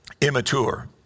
immature